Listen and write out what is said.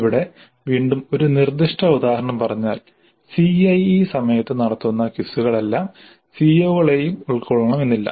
ഇവിടെ വീണ്ടും ഒരു നിർദ്ദിഷ്ട ഉദാഹരണം പറഞ്ഞാൽ CIE സമയത്ത് നടത്തുന്ന ക്വിസുകൾ എല്ലാ CO കളെയും ഉൾക്കൊള്ളണമെന്നില്ല